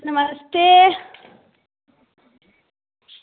नमस्ते